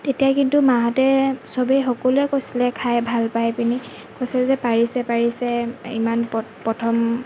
তেতিয়া কিন্তু মাহঁতে চবেই সকলোৱে কৈছিলে খাই ভাল পাই পিনে কৈছিলে যে পাৰিছে পাৰিছে ইমান প্ৰথম